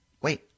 Wait